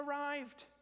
arrived